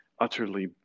utterly